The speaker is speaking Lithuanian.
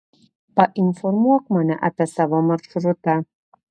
painformuok mane apie savo maršrutą